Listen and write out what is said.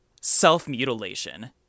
self-mutilation